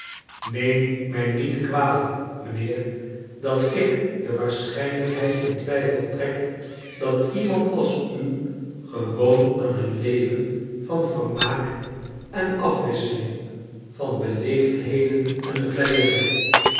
neem mij niet kwalijk mijnheer dat ik de waarschrjnlqkheid in twijfel trek dat iemand als u gewoon aan een leven van vermaak en afwisseling van beleefdheden en vleierij